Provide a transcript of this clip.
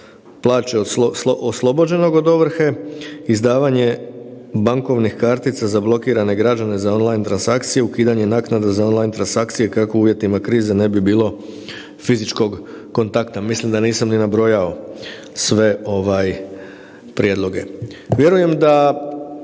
plaća oslobođenog od ovrhe, izdavanje bankovnih kartica za blokirane građane za on line transakciju, ukidanje naknada na on line transakciju kao u uvjetima krize ne bilo fizičkog kontakta. Mislim da nisam ni nabrojao sve ovaj prijedloge. Vjerujem da